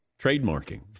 trademarking